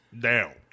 down